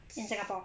in singapore